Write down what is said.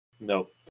Nope